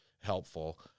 helpful